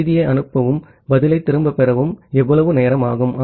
ஆகவே செய்தியை அனுப்பவும் பதிலைத் திரும்பப் பெறவும் எவ்வளவு நேரம் ஆகும்